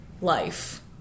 life